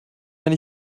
wenn